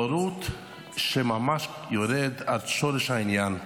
בורות שממש יורדת עד שורש העניין.